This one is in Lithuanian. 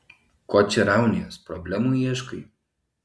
ko čia raunies problemų ieškai